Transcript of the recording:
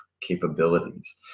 capabilities